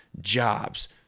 jobs